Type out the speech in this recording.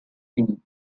inn